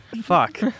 fuck